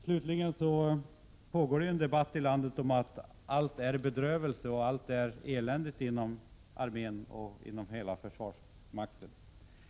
Det pågår en debatt i landet om att allt är bedrövelse och elände inom armén och hela försvarsmakten.